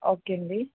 okay అండి